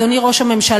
אדוני ראש הממשלה,